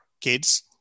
kids